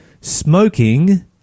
smoking